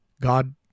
God